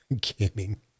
gaming